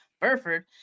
Burford